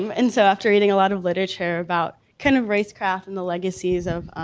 um and so after reading a lot of literature about kind of race craft and the legacies of